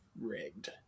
rigged